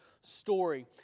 story